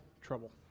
trouble